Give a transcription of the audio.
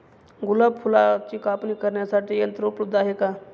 गुलाब फुलाची कापणी करण्यासाठी यंत्र उपलब्ध आहे का?